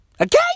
Okay